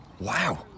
Wow